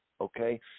okay